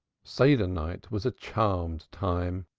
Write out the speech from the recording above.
seder night was a charmed time.